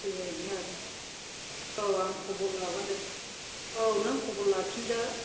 बेबायदिनो आरो औ आं खबर लागोन दे औ नों खबर लाफिन्दो